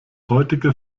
heutige